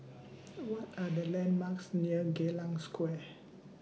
What Are The landmarks near Geylang Square